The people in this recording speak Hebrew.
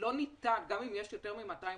גם אם יש יותר מ-200 חולים,